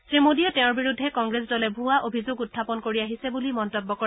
শ্ৰীমোডীয়ে তেওঁৰ বিৰুদ্ধে কংগ্ৰেছ দলে ভুৱা অভিযোগ উখাপন কৰি আহিছে বুলি মন্তব্য কৰে